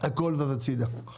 הכל זז הצידה.